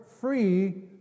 free